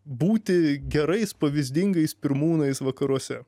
būti gerais pavyzdingais pirmūnais vakaruose